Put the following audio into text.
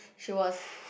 she was